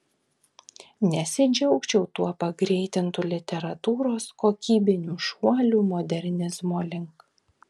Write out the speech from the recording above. nesidžiaugčiau tuo pagreitintu literatūros kokybiniu šuoliu modernizmo link